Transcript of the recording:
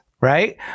right